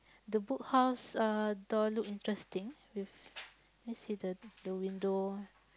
the Book House uh door look interesting with can see the the window